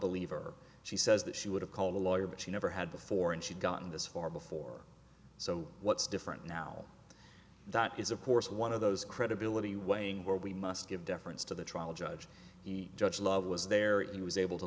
believe her she says that she would have called a lawyer but she never had before and she'd gotten this far before so what's different now that is of course one of those credibility weighing where we must give deference to the trial judge the judge love was there he was able to